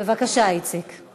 בבקשה, איציק.